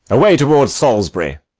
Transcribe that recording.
away towards salisbury!